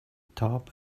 top